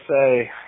say –